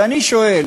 ואני שואל: